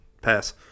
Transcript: Pass